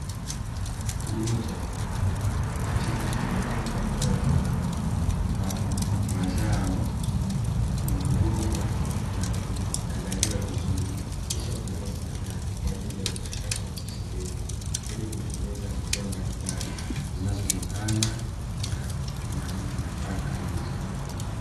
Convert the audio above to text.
Kilimo cha viwandani katika shamba kubwa eneo la kiwanda, ambapo mazao huvunwa na kuandaliwa vizuri kisha hupelekwa kiwandani kwa ajili ya kuchakatwa na kusindikwa, ili kutengeneza bidhaa mbalimbali zinazotokana na nafaka hizo.